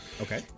Okay